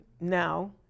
now